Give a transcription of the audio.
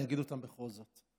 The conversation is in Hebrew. אני אגיד אותם בכל זאת.